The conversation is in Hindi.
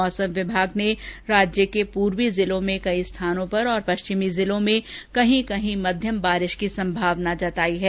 मौसम विभाग ने राज्य में पूर्वी जिलों में कई स्थानों पर तथा पश्चिमी जिलों में कहीं कहीं मध्यम बारिश की संभावना जताई है